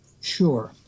Sure